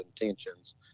intentions